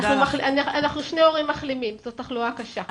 שני הורים מחלימים, זו תחלואה קשה.